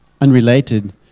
unrelated